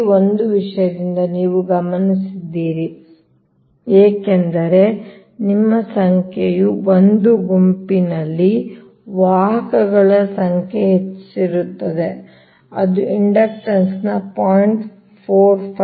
ಈ ಒಂದು ವಿಷಯದಿಂದ ನೀವು ಗಮನಿಸಿದ್ದೀರಿ ಏಕೆಂದರೆ ನಿಮ್ಮ ಸಂಖ್ಯೆಯು ಒಂದು ಗುಂಪಿನಲ್ಲಿ ವಾಹಕಗಳ ಸಂಖ್ಯೆ ಹೆಚ್ಚಾಗಿರುತ್ತದೆ ಅದು ಇಂಡಕ್ಟನ್ಸ್ 0